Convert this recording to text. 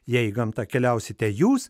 jei į gamtą keliausite jūs